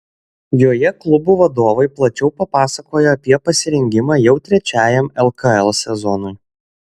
joje klubų vadovai plačiau papasakojo apie pasirengimą jau trečiajam lkl sezonui